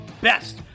best